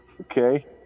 Okay